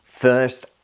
First